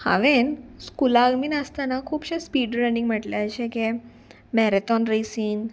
हांवेन स्कुलाक बीन आसतना खुबशे स्पीड रनींग म्हटल्या जशें की मॅरेथोन रेसींग